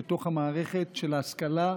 בתוך המערכת של ההשכלה,